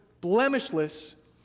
blemishless